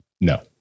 No